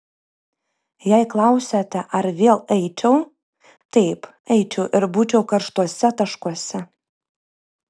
jei klausiate ar vėl eičiau taip eičiau ir būčiau karštuose taškuose